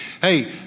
Hey